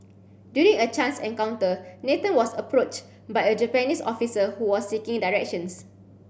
during a chance encounter Nathan was approached by a Japanese officer who was seeking directions